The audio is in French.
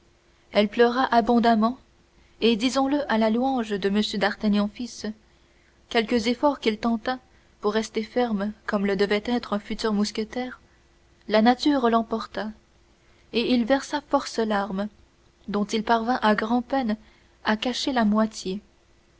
elle pleura abondamment et disons-le à la louange de m d'artagnan fils quelques efforts qu'il tentât pour rester ferme comme le devait être un futur mousquetaire la nature l'emporta et il versa force larmes dont il parvint à grand-peine à cacher la moitié